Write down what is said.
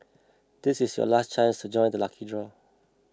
this is your last chance to join the lucky draw